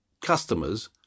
customers